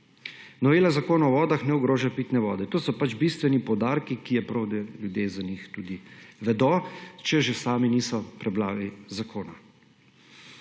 novela Zakona o vodah ne ogroža pitne vode. To so bistveni poudarki, za katere je prav, da ljudje za njih vedo, če že sami niso prebrali zakona.